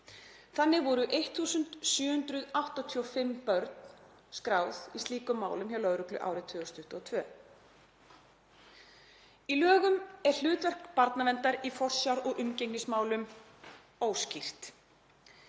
Þannig voru 1.785 börn skráð í slíkum málum hjá lögreglu árið 2022. Í lögum er hlutverk barnaverndar í forsjár- og umgengnismálum óskýrt.